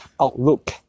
outlook